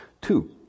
Two